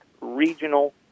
Regional